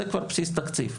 זה כבר בסיס תקציב.